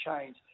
change